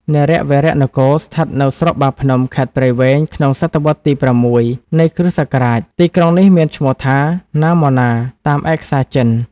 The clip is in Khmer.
នរវរនគរ ស្ថិតនៅស្រុកបាភ្នំ ខេត្តព្រៃវែង ក្នុងសតវត្សរ៍ទី៦ នៃគ្រិស្តសក រាជ ។ ទីក្រុងនេះមានឈ្មោះថា ណាហ្មណាតាមឯកសារចិន ។